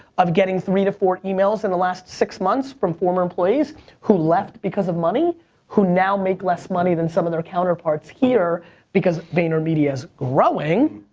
of getting three to four emails in the last six months from former employees who left because of money who now make less money than some of their counterparts here because vaynermedia is growing,